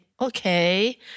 Okay